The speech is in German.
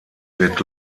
wird